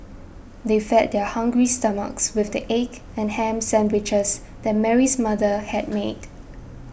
they fed their hungry stomachs with the egg and ham sandwiches that Mary's mother had made